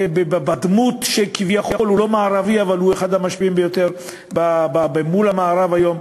דמות שכביכול הוא לא מערבי אבל הוא אחד המשפיעים ביותר מול המערב היום,